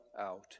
out